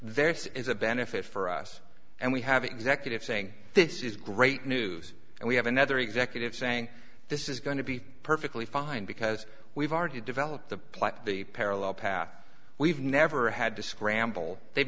there is a benefit for us and we have executive saying this is great news and we have another executive saying this is going to be perfectly fine because we've already developed the plant the parallel path we've never had to scramble they've